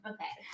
Okay